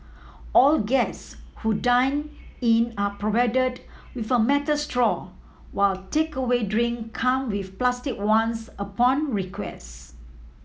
all guests who dine in are provided with a metal straw while takeaway drink come with plastic ones upon